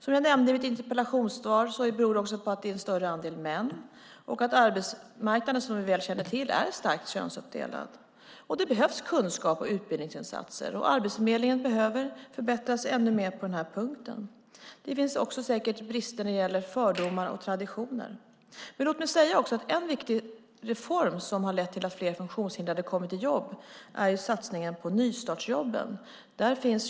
Som jag nämnde i mitt interpellationssvar beror det också på att det är en större andel män och att arbetsmarknaden, som vi väl känner till, är starkt könsuppdelad. Det behövs kunskap och utbildningsinsatser. Arbetsförmedlingen behöver förbättras ännu mer på den här punkten. Det finns säkert också brister när det gäller fördomar och traditioner. Låt mig också säga att en viktig reform som har lett till att fler funktionshindrade har fått jobb är satsningen på nystartsjobben.